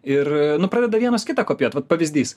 ir pradeda vienas kitą kopijuot vat pavyzdys